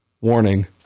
warning